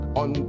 on